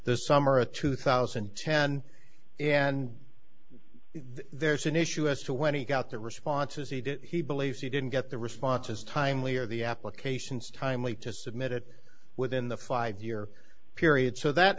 the summer of two thousand and and ten there's an issue as to when he got the responses he did he believes he didn't get the responses timely or the applications timely to submit it within the five year period so that